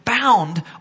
bound